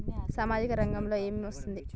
సామాజిక రంగంలో ఏమి వస్తుంది?